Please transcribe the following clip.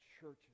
churches